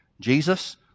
Jesus